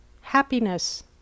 happiness